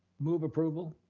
move approval.